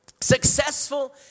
successful